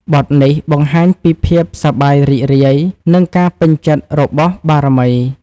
បទនេះបង្ហាញពីភាពសប្បាយរីករាយ និងការពេញចិត្តរបស់បារមី។